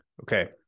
okay